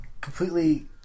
completely